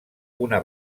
una